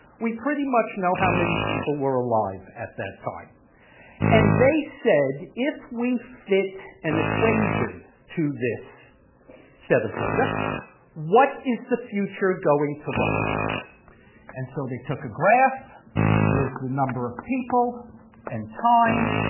we pretty much know how many people were alive at that time and they said if we fit an equation to this set of data what is the future going to look like and so they took a graph with the number of people and time